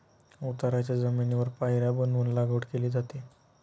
उताराच्या जमिनीवर पायऱ्या बनवून लागवड केली जाते